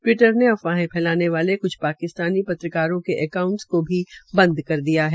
Twitter ने अफवाहे फैलाने वाले क्छ पाकिस्तानी पत्रकारों के अकांउट्स को भी बंद कर दिया है